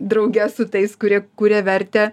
drauge su tais kurie kuria vertę